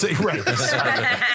Right